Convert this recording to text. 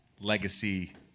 legacy